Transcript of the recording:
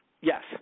Yes